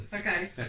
Okay